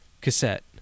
cassette